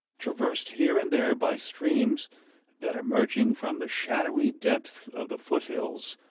traversed here and there by streams that, emerging from the shadowy depths of the foot-hills,